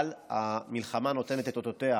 אבל המלחמה נותנת את אותותיה